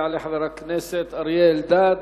יעלה חבר הכנסת אריה אלדד,